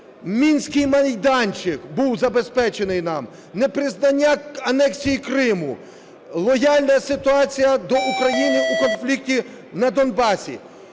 мінський майданчик був забезпечений нам, непризнання анексії Криму, лояльна ситуація до України у конфлікти на Донбасі.